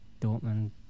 Dortmund